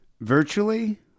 Virtually